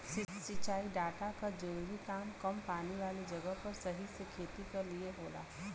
सिंचाई डाटा क जरूरी काम कम पानी वाले जगह पर सही से खेती क लिए होला